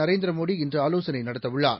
Narendra Modi இன்றுஆலோசனைநடத்தஉள்ளார்